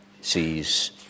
sees